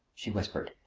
she whispered.